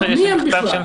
מי הם בכלל?